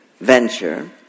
venture